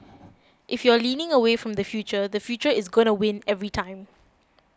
if you're leaning away from the future the future is gonna win every time